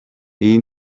iyi